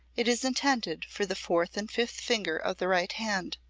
it is intended for the fourth and fifth finger of the right hand,